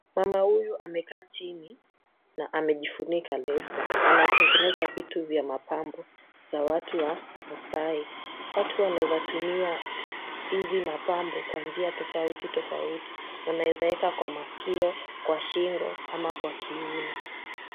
Mama huyu amekaa chini na amejifunika leso, anatengeneza vitu vya mapambo za watu wa maasai. Watu wanezatumia hizi mapambo kwa njia tofauti tofauti. Unaweza weka kwa maskio, kwa shingo ama kwa kiuno.